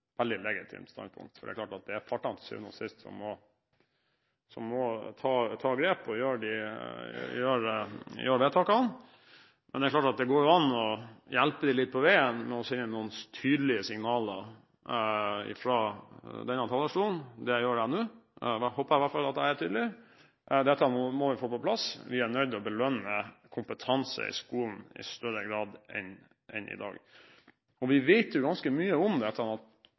veldig begrenset rom for å gjøre i dag. Så kan man si at vi må vente på partene. Ja, hadde dette vært en debatt som dukket opp i går, hadde det for så vidt vært et helt legitimt standpunkt, for det er klart at det er partene som til syvende og sist må ta grep og gjøre vedtakene. Men det går jo an å hjelpe dem litt på veien med å sende noen tydelige signaler fra denne talerstolen. Det gjør jeg nå, jeg håper i hvert fall at jeg er tydelig. Dette må vi få på plass. Vi er nødt til å belønne kompetanse i skolen i